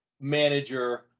manager